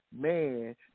man